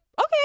okay